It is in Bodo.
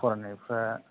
फरायनायफ्रा